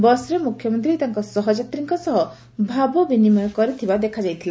ବସ୍ରେ ମୁଖ୍ୟମନ୍ତୀ ତାଙ୍କ ସହଯାତ୍ରୀଙ୍କ ସହ ଭାବବିନିମୟ କରିଥିବା ଦେଖାଯାଇଥିଲା